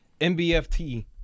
MBFT